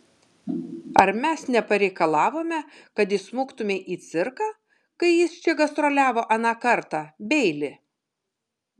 ar mes nepareikalavome kad įsmuktumei į cirką kai jis čia gastroliavo aną kartą beili